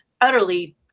utterly